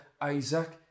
Isaac